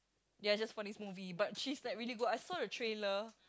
ya just for this movie but she's like really good I saw the trailer